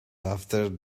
after